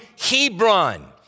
Hebron